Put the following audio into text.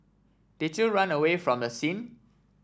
did you run away from the scene